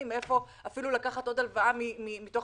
אין לי אפילו מאיפה לקחת עוד הלוואה מתוך